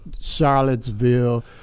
Charlottesville